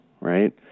right